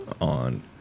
on